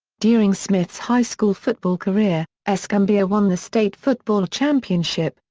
during smith's high school football career, escambia won the state football championship,